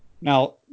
Now